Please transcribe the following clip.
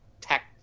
tech